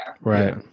Right